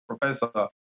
professor